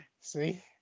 See